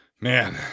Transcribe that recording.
Man